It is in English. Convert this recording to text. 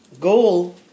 goal